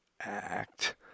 Act